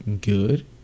good